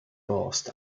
bost